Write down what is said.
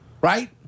right